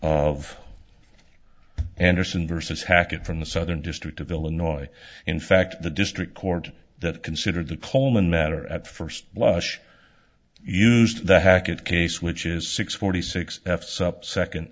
of anderson versus hackett from the southern district of illinois in fact the district court that considered the coleman matter at first blush used the hackett case which is six forty six